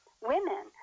women